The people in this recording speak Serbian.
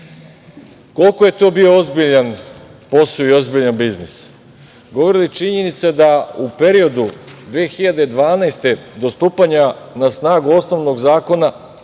godine. Koliko je to bio ozbiljan posao i ozbiljan biznis govori i činjenica da u periodu od 2012. godine do stupanja na snagu osnovnog zakona